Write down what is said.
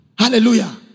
Hallelujah